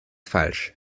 falsch